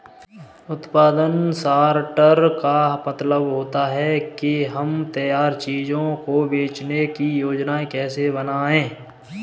उत्पादन सॉर्टर का मतलब होता है कि हम तैयार चीजों को बेचने की योजनाएं कैसे बनाएं